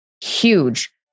huge